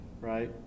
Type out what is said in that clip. right